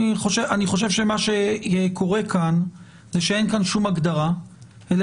אני חושב שמה שקורה כאן זה שאין שום הגדרה אלא